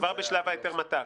כבר בשלב היתר מת"ק?